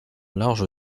large